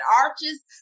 arches